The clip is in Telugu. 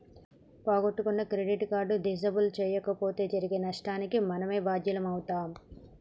పోగొట్టుకున్న క్రెడిట్ కార్డు డిసేబుల్ చేయించకపోతే జరిగే నష్టానికి మనమే బాధ్యులమవుతం